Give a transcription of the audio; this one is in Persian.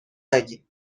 نگین